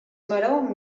maror